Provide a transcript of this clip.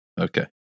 Okay